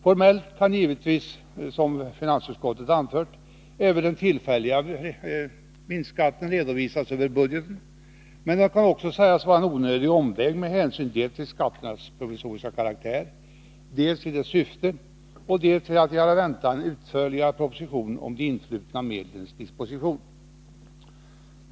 Formellt kan givetvis, som finansutskottet har anfört, även den tillfälliga vinstskatten redovisas över budgeten, men det kan också sägas vara en onödig omväg med hänsyn dels till skattens provisoriska karaktär, dels till dess syfte och dels till att vi har att vänta en utförligare proposition om de influtna medlens disposition.